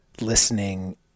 listening